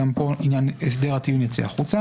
גם פה עניין הסדר הטיעון יצא החוצה.